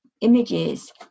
images